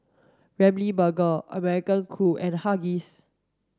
Ramly Burger American Crew and Huggies